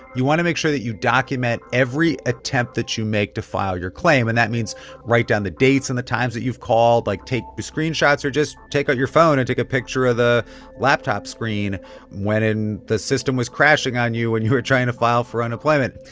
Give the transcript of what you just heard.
you want to make sure that you document every attempt that you make to file your claim. and that means write down the dates and the times that you've call. like, take screenshots. or just take out your phone and take a picture of the laptop screen when and the system was crashing on you when and you were trying to file for unemployment.